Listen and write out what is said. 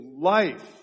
life